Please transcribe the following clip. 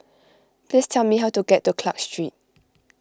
please tell me how to get to Clarke Street